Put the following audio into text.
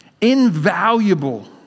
Invaluable